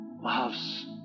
loves